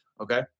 okay